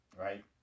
right